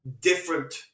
different